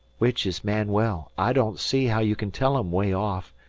which is manuel? i don't see how you can tell em way off,